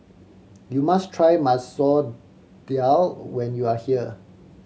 you must try Masoor Dal when you are here